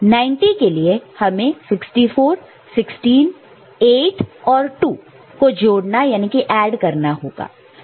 90 के लिए हमें 64 16 8 और 2 को जोड़ना ऐड add होगा